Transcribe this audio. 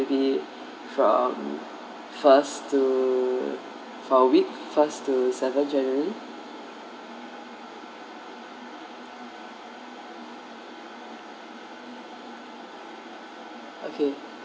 maybe from first to for a week first to seventh january okay